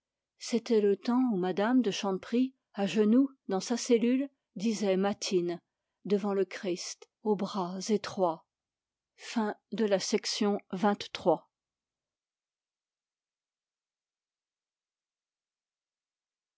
c'était le temps où mme de chanteprie à genoux dans sa cellule disait matines devant le christ aux bras étroits